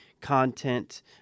content